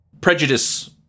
Prejudice